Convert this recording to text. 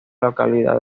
localidad